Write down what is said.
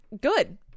good